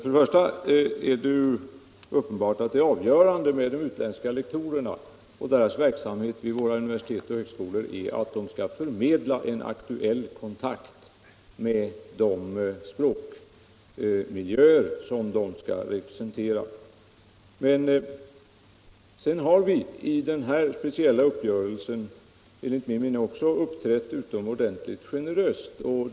Herr talman! Det avgörande är att de utlärdska lektorerna vid våra universitet skall förmedla en aktuell kontakt med de språkmiljöer de representerar. Enligt min mening är den här speciella uppgörelsen utomordentligt generös.